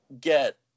get